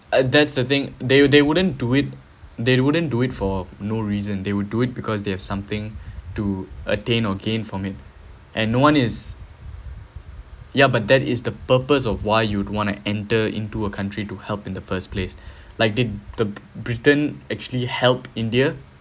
that's the thing they they wouldn't do it they wouldn't do it for no reason they will do it because they have something to attain or gain from it and no one is ya but that is the purpose of why you would want to enter into a country to help in the first place like did the briton actually helped india